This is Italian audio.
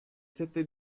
sette